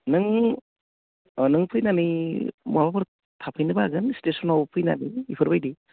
नों नों फैनानै महाबाफोर थाफैनोबो हागोन स्टेसनाव फैनानै एफोरबायदि